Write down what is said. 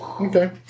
Okay